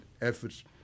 efforts